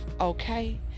okay